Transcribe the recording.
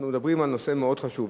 אנחנו מדברים על נושא מאוד חשוב.